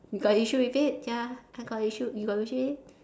you got issue with it ya I got issue you got issue with it